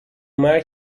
مرگ